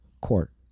court